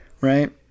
Right